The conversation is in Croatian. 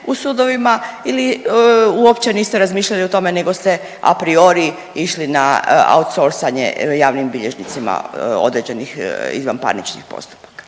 u sudovima ili uopće niste razmišljali nego ste a priori išli na outsourcing-anje javnim bilježnicima određenih izvanparničnih postupaka.